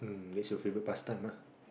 that's your favorite pastime ah